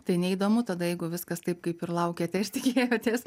tai neįdomu tada jeigu viskas taip kaip ir laukėte ir tikėjotės